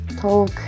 talk